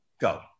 Go